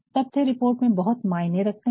तथ्य रिपोर्ट में बहुत मायने रखते है